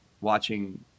watching